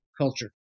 culture